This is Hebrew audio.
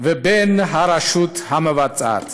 ובין הרשות המבצעת.